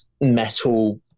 metal